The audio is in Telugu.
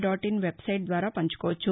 ఇన్ అన్న వెబ్సైట్ ద్వారా పంచుకోవచ్చు